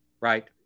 right